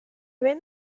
rim